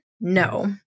No